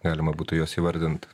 galima būtų juos įvardint